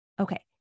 Okay